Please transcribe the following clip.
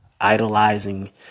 idolizing